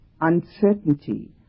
uncertainty